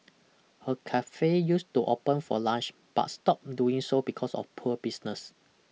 her cafe used to open for lunch but stopped doing so because of poor business